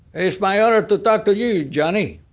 it's my honor to talk to you, johnny!